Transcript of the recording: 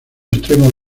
extremo